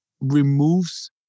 removes